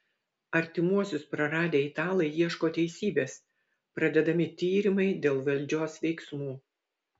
artimuosius praradę italai ieško teisybės pradedami tyrimai dėl valdžios veiksmų